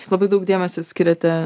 jūs labai daug dėmesio skiriate